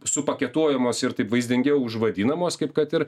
supaketuojamos ir taip vaizdingiau užvadinamos kaip kad ir